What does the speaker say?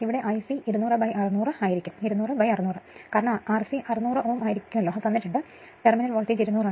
Ic 200600 ആയിരിക്കും കാരണം R c 600 Ohm ആയിരിക്കും ടെർമിനൽ വോൾട്ടേജ് 200 ആണ്